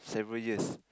several years